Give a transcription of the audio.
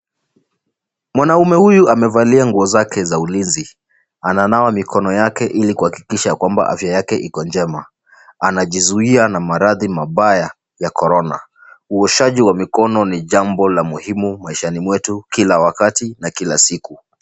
Mwanaume huyu amevalia nguo zake za ulinzi. Ananawa mikono yake ili kuhakikisha kuwa afya yake iko njema. Anajizuia na maradhi mabaya ya Corona. Uoshaji wa mikono ni jambo la muhimu maishani mwetu kila wakati na kila siku.